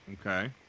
Okay